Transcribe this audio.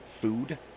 food